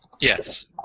Yes